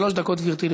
אדוני היושב-ראש,